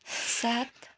सात